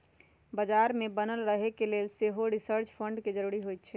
बजार में बनल रहे के लेल सेहो रिसर्च फंड के जरूरी होइ छै